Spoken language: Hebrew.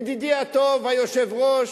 ידידי הטוב, היושב-ראש,